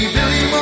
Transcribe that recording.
Billy